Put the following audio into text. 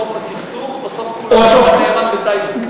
סוף הסכסוך או סוף כהונת הנאמן בטייבה.